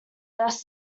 best